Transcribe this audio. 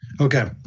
okay